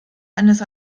eines